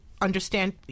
understand